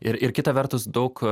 ir ir kita vertus daug